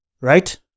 Right